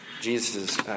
Jesus